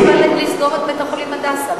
אף אחד לא מדבר על סגירת בית-החולים "הדסה".